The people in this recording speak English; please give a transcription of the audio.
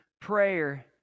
prayer